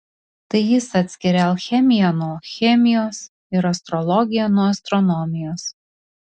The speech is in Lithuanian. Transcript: tai jis atskiria alchemiją nuo chemijos ir astrologiją nuo astronomijos